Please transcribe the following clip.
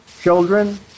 children